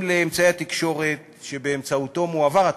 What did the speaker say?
לאמצעי התקשורת שבאמצעותו מועבר התוכן.